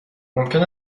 ممکن